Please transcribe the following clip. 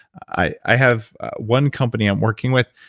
i have one company i'm working with,